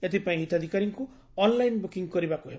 ଏଥିପାଇଁ ହିତାଧିକାରୀଙ୍କୁ online booking କରିବାକୁ ହେବ